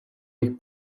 jejich